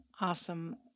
Awesome